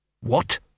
What